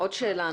עוד שאלה.